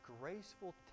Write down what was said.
graceful